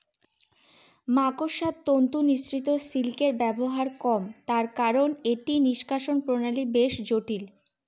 মাকড়সার তন্তু নিঃসৃত সিল্কের ব্যবহার কম তার কারন এটি নিঃষ্কাষণ প্রণালী বেশ জটিল